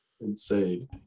Insane